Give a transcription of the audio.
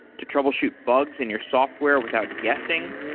to troubleshoot bugs in your software without guessing.